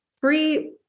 free